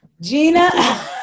Gina